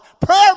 prayer